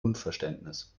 unverständnis